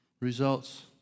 results